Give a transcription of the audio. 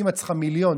אם את צריכה מיליון,